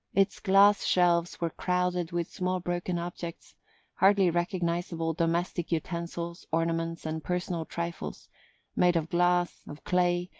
its glass shelves were crowded with small broken objects hardly recognisable domestic utensils, ornaments and personal trifles made of glass, of clay,